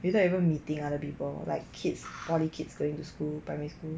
you not even meeting other people like kids forty kids going to school primary school